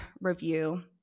review